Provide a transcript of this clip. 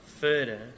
further